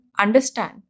understand